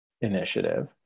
initiative